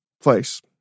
place